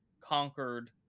conquered